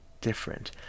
different